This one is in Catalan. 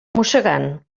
mossegant